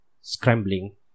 scrambling